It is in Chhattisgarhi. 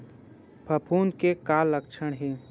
फफूंद के का लक्षण हे?